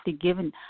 given